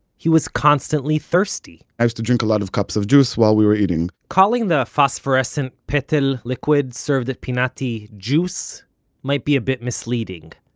he was constantly thirsty i used to drink a lot of cups of juice while we were eating calling the phosphorescent petel liquid served at pinati juice might be a bit misleading.